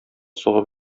сугып